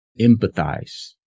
empathize